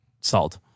salt